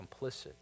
complicit